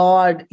God